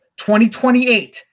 2028